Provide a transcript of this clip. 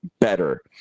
better